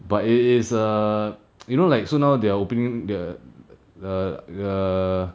but it is err you know like so now they're opening the err err